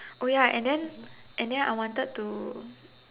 ya and then and then I wanted to